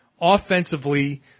offensively